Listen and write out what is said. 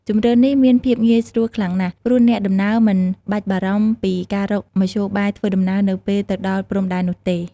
ជម្រើសនេះមានភាពងាយស្រួលខ្លាំងណាស់ ព្រោះអ្នកដំណើរមិនបាច់បារម្ភពីការរកមធ្យោបាយធ្វើដំណើរនៅពេលទៅដល់ព្រំដែននោះទេ។